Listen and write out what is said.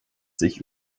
sich